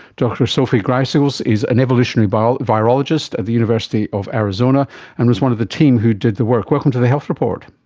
dr sophie gryseels is an evolutionary but virologist at the university of arizona and was one of the team who did the work. welcome to the health report.